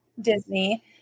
Disney